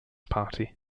party